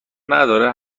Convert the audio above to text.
نداره